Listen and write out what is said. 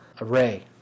array